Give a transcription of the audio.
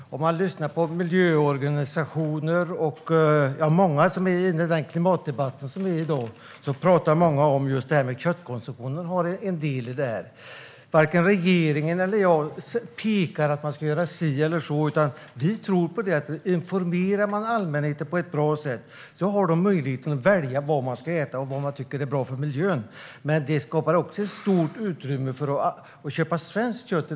Herr talman! Om man lyssnar på miljöorganisationer och många som är med i klimatdebatten i dag hör man att många talar om att köttkonsumtionen har en del i detta. Varken regeringen eller jag pekar och säger att man ska göra si eller så. Vi tror på att om man informerar allmänheten på ett bra sätt har människor möjlighet att välja vad de ska äta och vad de tycker är bra för miljön. Det skapar också ett stort utrymme för att köpa svenskt kött.